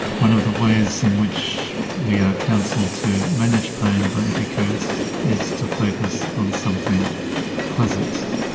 one of the ways in which we are counselled to manage pain by epicurus is to focus on something pleasant,